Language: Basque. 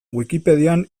wikipedian